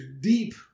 deep